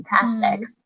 Fantastic